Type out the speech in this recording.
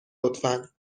لطفا